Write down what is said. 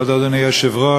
כבוד אדוני היושב-ראש,